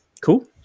Cool